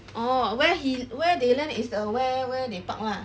orh where he where they land is the where where they park lah